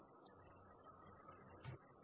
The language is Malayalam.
1 P